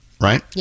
Right